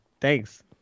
Thanks